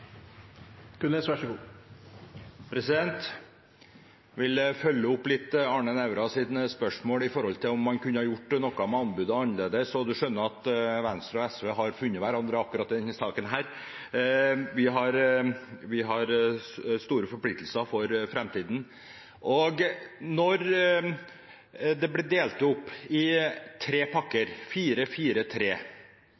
vil følge opp Arne Nævras spørsmål knyttet til om man kunne gjort noe annerledes med anbudet – og statsråden skjønner at Venstre og SV har funnet hverandre i akkurat denne saken. Vi har store forpliktelser for framtiden. Nå blir dette delt opp i tre pakker